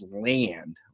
land